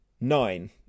nine